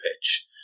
pitch